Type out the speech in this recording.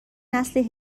نسل